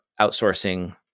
outsourcing